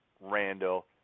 Randall